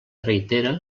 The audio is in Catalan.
reitera